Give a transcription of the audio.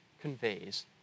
conveys